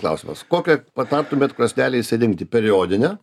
klausimas kokią patartumėt krosnelę išsirinkti periodinę